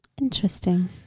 Interesting